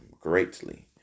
greatly